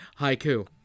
Haiku